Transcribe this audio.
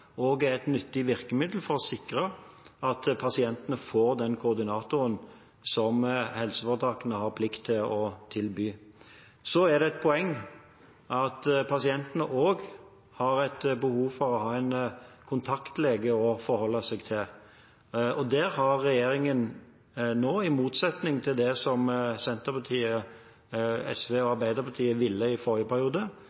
også er et nyttig virkemiddel for å sikre at pasientene får den koordinatoren som helseforetakene har plikt til å tilby. Så er det et poeng at pasientene også har et behov for å ha en kontaktlege å forholde seg til, og der har regjeringen nå – i motsetning til det som Senterpartiet, SV og Arbeiderpartiet ville i forrige periode